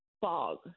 fog